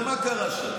הרי מה קרה שם?